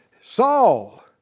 Saul